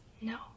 No